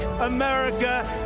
America